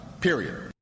Period